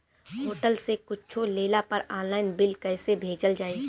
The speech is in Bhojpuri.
होटल से कुच्छो लेला पर आनलाइन बिल कैसे भेजल जाइ?